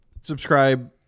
Subscribe